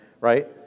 right